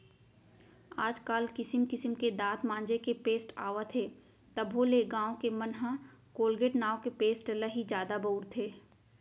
आज काल किसिम किसिम के दांत मांजे के पेस्ट आवत हे तभो ले गॉंव के मन ह कोलगेट नांव के पेस्ट ल ही जादा बउरथे